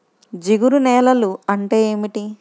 జిగురు నేలలు అంటే ఏమిటీ?